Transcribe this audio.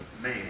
man